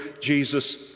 Jesus